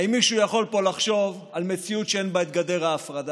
האם מישהו יכול פה לחשוב על מציאות שאין בה את גדר ההפרדה?